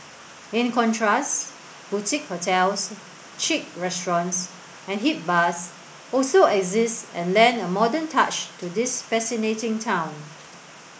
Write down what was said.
in contrast boutique hotels chic restaurants and hip bars also exist and lend a modern touch to this fascinating town